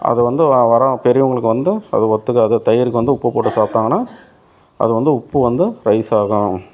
அது வந்து வர பெரியவங்களுக்கு வந்து அது ஒத்துக்காது தயிருக்கு வந்து உப்பு போட்டு சாப்பிட்டாங்கன்னா அது வந்து உப்பு வந்து ரைசாகும்